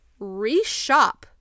reshop